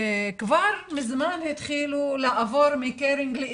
כבר מזמן התחילו לעבור מ- caring ל-